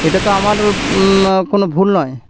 এটা তো আমার কোনো ভুল নয়